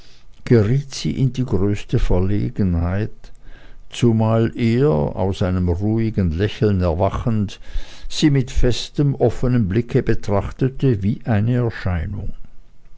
in die größte verlegenheit zumal er aus einem ruhigen lächeln erwachend sie mit festem offenem blicke betrachtete wie eine erscheinung